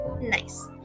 Nice